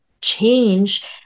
change